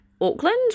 Auckland